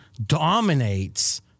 dominates